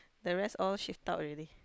the rest all shift out already